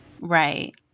Right